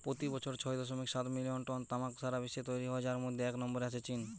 পোতি বছর ছয় দশমিক সাত মিলিয়ন টন তামাক সারা বিশ্বে তৈরি হয় যার মধ্যে এক নম্বরে আছে চীন